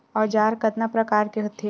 औजार कतना प्रकार के होथे?